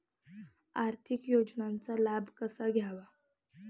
आर्थिक योजनांचा लाभ कसा घ्यावा?